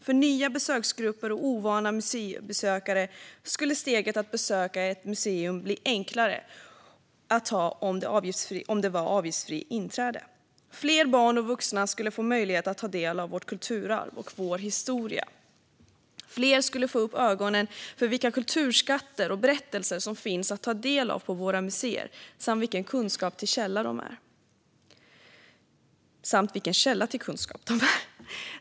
För nya besöksgrupper och ovana museibesökare skulle steget att besöka ett museum bli enklare att ta om det var avgiftsfritt inträde. Fler barn och vuxna skulle få möjlighet att ta del av vårt kulturarv och vår historia. Fler skulle få upp ögonen för vilka kulturskatter och berättelser som finns att ta del av på våra museer samt vilken källa till kunskap de är.